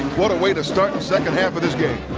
what a way to start the second half of this game.